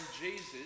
Jesus